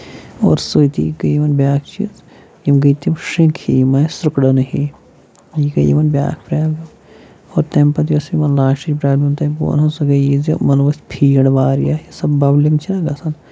اور سۭتی گٔے یمَن بیٛاکھ چیٖز یِم گٔے تِم شرٛنٛک ہِوۍ یِم ٲسۍ سُکڈَن ہِوۍ یہِ گٔے یِمَن بیٛاکھ پرٛابلِم اور تَمہِ پَتہٕ یۄس یِمَن لاسٹٕچ پرٛابلِم بہٕ تۅہہِ وَنہو سۅ گٔیہِ یہِ زِ یِمن ؤژھ فیٖڈ واریاہ سۄ ببلِنگ چھَنا گژھان